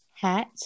hat